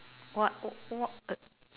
what what